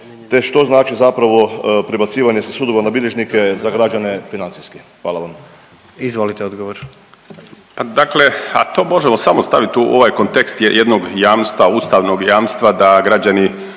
te što znači zapravo prebacivanje sa sudova na bilježnike za građane financijski? Hvala vam. **Jandroković, Gordan (HDZ)** Izvolite odgovor. **Martinović, Juro** Dakle, a to možemo samo staviti u ovaj kontekst jednog jamstva, ustavnog jamstva da građanima